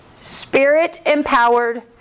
spirit-empowered